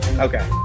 Okay